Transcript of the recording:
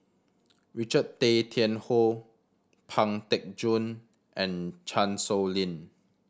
Richard Tay Tian Hoe Pang Teck Joon and Chan Sow Lin